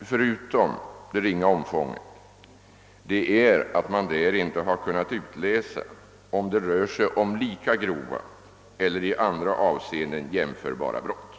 förutom det ringa omfånget, är att man därav inte har kunnat utläsa om det rör sig om lika grova eller i andra avseenden jämförbara brott.